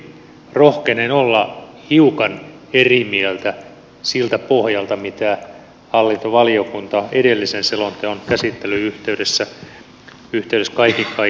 rohkenen olla hiukan eri mieltä siltä pohjalta mitä hallintovaliokunta edellisen selonteon käsittelyn yhteydessä kaiken kaikkiaan lausui